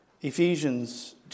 Ephesians